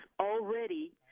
already